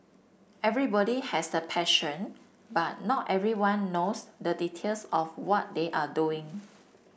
everybody has the passion but not everyone knows the details of what they are doing